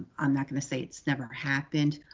i'm not gonna say it's never happened,